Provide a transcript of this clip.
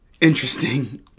interesting